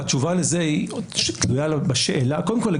קודם כול,